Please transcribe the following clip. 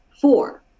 four